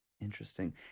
Interesting